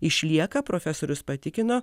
išlieka profesorius patikino